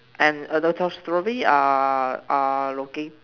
I am how many strawberries are are looking